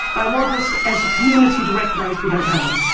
i want us as a community to recognize we don't have one.